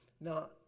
Now